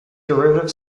derivative